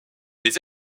des